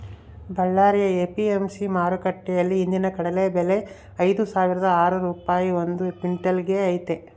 Ballari APMC ಮಾರುಕಟ್ಟೆಯಲ್ಲಿ ಇಂದಿನ ಕಡಲೆ ಬೆಲೆ ಐದುಸಾವಿರದ ಆರು ರೂಪಾಯಿ ಒಂದು ಕ್ವಿನ್ಟಲ್ ಗೆ ಐತೆ